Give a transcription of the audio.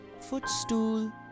footstool